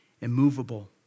immovable